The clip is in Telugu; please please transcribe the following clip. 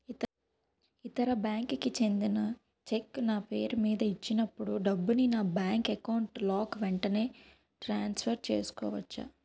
ఇతర బ్యాంక్ కి చెందిన చెక్ నా పేరుమీద ఇచ్చినప్పుడు డబ్బుని నా బ్యాంక్ అకౌంట్ లోక్ వెంటనే ట్రాన్సఫర్ చేసుకోవచ్చా?